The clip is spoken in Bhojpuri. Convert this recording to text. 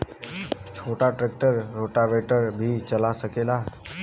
छोटा ट्रेक्टर रोटावेटर भी चला सकेला?